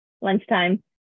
lunchtime